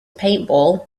paintball